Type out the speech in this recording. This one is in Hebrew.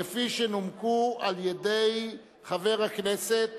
כפי שנומקה על-ידי חבר הכנסת